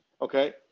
okay